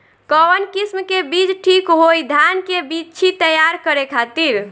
कवन किस्म के बीज ठीक होई धान के बिछी तैयार करे खातिर?